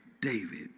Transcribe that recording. David